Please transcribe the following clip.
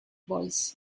voice